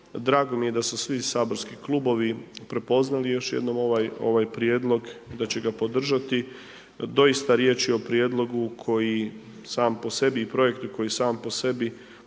Drago mi je da su svi saborski klubovi prepoznali još jednom ovaj prijedlog, da će ga podržati, doista riječ je o prijedlog koji sam po sebi i projektu koji sam po nosi